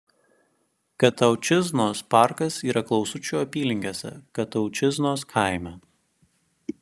kataučiznos parkas yra klausučių apylinkėse kataučiznos kaime